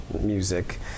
music